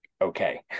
okay